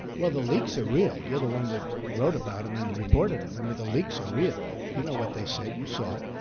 well, the leaks are real. you're the one that wrote about them and reported them. i mean, the leaks are real. you know what they said you saw it.